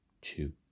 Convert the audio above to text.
two